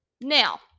Now